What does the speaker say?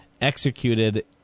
executed